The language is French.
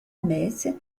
messe